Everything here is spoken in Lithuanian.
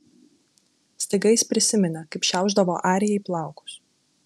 staiga jis prisiminė kaip šiaušdavo arijai plaukus